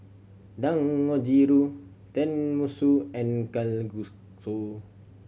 Dangojiru Tenmusu and